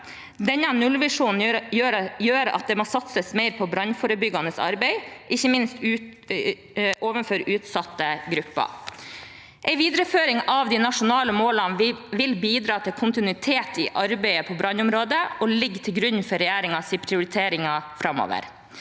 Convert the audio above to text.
Denne nullvisjonen gjør at det må satses mer på brannforebyggende arbeid, ikke minst overfor utsatte grupper. En videreføring av de nasjonale målene vil bidra til kontinuitet i arbeidet på brannområdet og ligger til grunn for regjeringens prioriteringer framover.